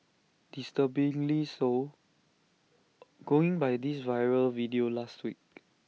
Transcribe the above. disturbingly so going by this viral video last week